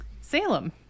Salem